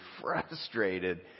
frustrated